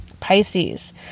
Pisces